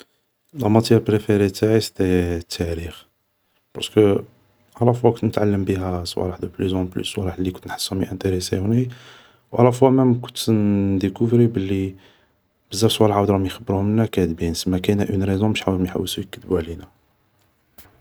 لا ماتيار بريفيري تاعي سيتي التاريخ, بارسكو الافوا كنت نتعلم بيها صوالح دوبلوس اون بلوس صوالح اللي كنت نحسهم يانتيريسيوني, و الافوا كنت مام انديكوفري بلي بزاف صوالح عاود راهم يخبروهوملنا كادبين, سما كاينة اون ريزون باش راهم عاود يسيوو يكدبو علينا